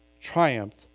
triumphed